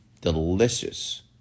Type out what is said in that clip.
delicious